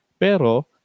Pero